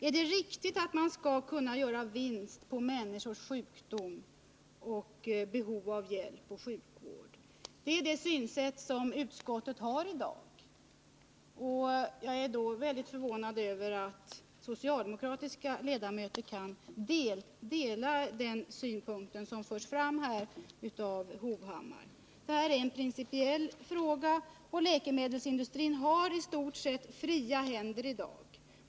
Är det riktigt att man skall kunna göra vinst på människors sjukdom och behov av hjälp och sjukvård? Enligt det synsätt som utskottet har i dag är det riktigt, och jag är då väldigt förvånad över att socialdemokratiska ledamöter kan ansluta sig till den synpunkt som förs fram av Erik Hovhammar. Det här är en principiell fråga, och läkemedelsindustrin har i stort sett fria händer i dag.